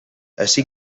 ací